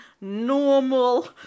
normal